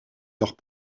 leurs